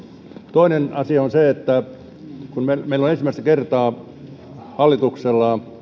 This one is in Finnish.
toinen asia on se että kun meillä on ensimmäistä kertaa hallituksella